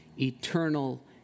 eternal